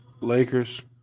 Lakers